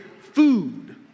food